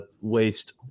waste